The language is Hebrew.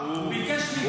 הוא ביקש, לא עושה תחרות.